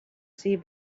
see